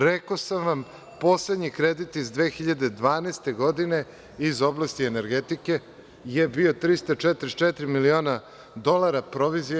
Rekao sam vam, poslednji kredit iz 2012. godine iz oblasti energetike, je bio 334 miliona dolara, provizija 1%